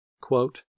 quote